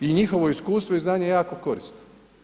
I njihovo iskustvo i znanje je jako korisno.